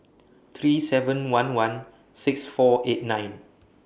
three seven one one six four eight nine